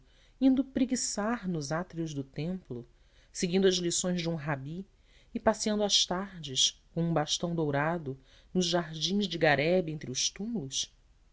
indo preguiçar nos átrios do templo seguindo as lições de um rabi e passeando às tardes com um bastão dourado nos jardins de garebe entre os túmulos